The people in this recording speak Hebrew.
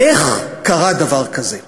איך קרה דבר כזה,